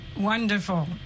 Wonderful